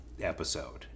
episode